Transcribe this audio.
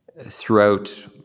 Throughout